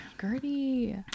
gertie